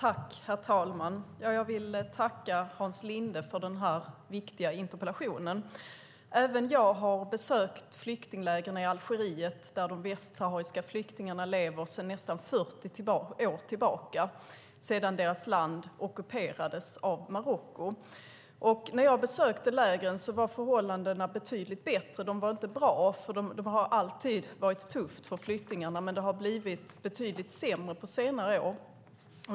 Herr talman! Jag tackar Hans Linde för denna viktiga interpellation. Även jag har besökt flyktinglägren i Algeriet, där de västsahariska flyktingarna lever sedan deras land ockuperades av Marocko för nästan 40 år sedan. När jag besökte lägren var förhållandena betydligt bättre. De var inte bra; det har alltid varit tufft för flyktingarna. Men det har blivit betydligt sämre på senare år.